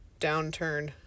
downturn